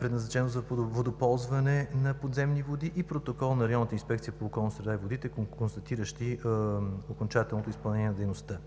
предназначено за водоползване на подземни води, и протокол на Районната инспекция по околната среда и водите, констатиращи окончателното изпълнение на дейността.